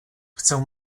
chcę